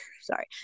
Sorry